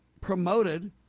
promoted